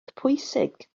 pwysig